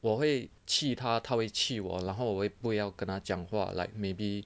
我会气他他会气我然后我不要跟他讲话 like maybe